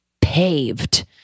paved